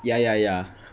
ya ya ya